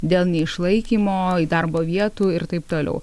dėl neišlaikymo darbo vietų ir taip toliau